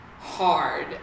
Hard